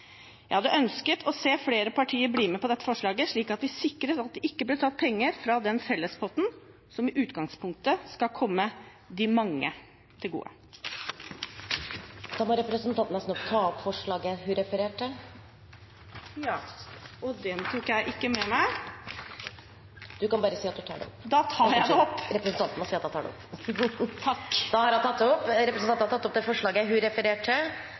Jeg hadde ønsket å se flere partier bli med på dette forslaget, slik at vi sikret at det ikke ble tatt penger fra den fellespotten som i utgangspunktet skal komme de mange til gode. Da må representanten ta opp forslaget. Da tar jeg opp det forslaget jeg refererte til. Representanten Åslaug Sem-Jacobsen har tatt opp det forslaget hun refererte til. Jeg vil begynne med å understreke at SV støtter å gi Den Norske Turistforening denne jubileumsgaven, men at vi er kritiske til hvordan regjeringen foreslår å finansiere det